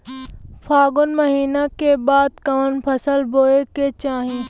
फागुन महीना के बाद कवन फसल बोए के चाही?